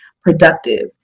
productive